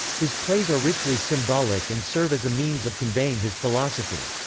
his plays are richly symbolic and serve as a means of conveying his philosophy.